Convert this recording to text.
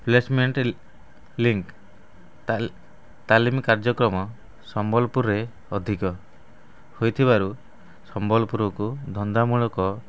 placement link ତାଲିମ୍ କାର୍ଯ୍ୟକ୍ରମ ସମ୍ବଲପୁରରେ ଅଧିକ ହୋଇଥିବାରୁ ସମ୍ବଲପୁରକୁ ଧନ୍ଦାମୂଳକ